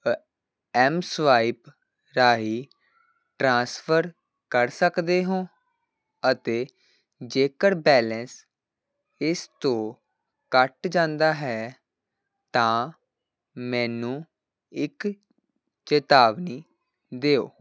mSwipe ਰਾਹੀਂ transfer ਕਰ ਸਕਦੇ ਹੋ ਅਤੇ ਜੇਕਰ ਬੈਲੇਂਸ ਇਸ ਤੋਂ ਘੱਟ ਜਾਂਦਾ ਹੈ ਤਾਂ ਮੈਨੂੰ ਇੱਕ ਚੇਤਾਵਨੀ ਦਿਓ